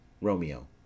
Romeo